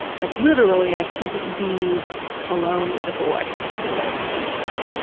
like literally i couldn't be alone with a boy until i was sixteen.